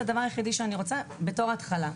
זה הדבר היחידי שאני רציתי בתור התחלה.